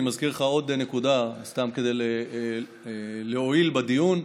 אני מזכיר לך עוד נקודה, סתם כדי להועיל בדיון.